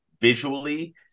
visually